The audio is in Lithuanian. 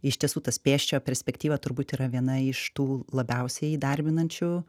iš tiesų tas pėsčiojo perspektyva turbūt yra viena iš tų labiausiai įdarbinančių